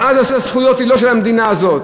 ואז הזכויות הן לא של המדינה הזאת.